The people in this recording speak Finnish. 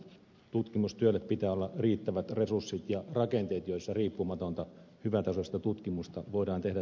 tutkimustyölle pitää olla riittävät resurssit ja rakenteet joissa riippumatonta hyvätasoista tutkimusta voidaan tehdä